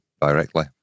directly